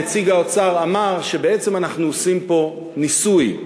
נציג האוצר אמר שבעצם אנחנו עושים פה ניסוי,